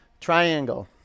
Triangle